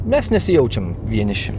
mes nesijaučiam vieniši